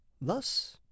Thus